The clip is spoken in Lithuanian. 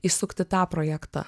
įsukti tą projektą